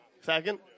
Second